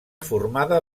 formada